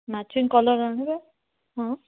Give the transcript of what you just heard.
matching colour ଆଣିବେ ହଁ